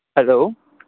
hello